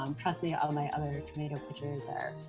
um trust me, all my other tornado pitchers are.